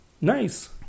Nice